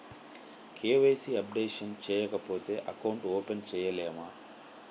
KYC updation చేయకపోతే account open చేయలేమా?